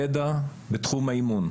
ידע בתחום האימון,